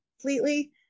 completely